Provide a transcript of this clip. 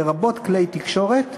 לרבות כלי תקשורת,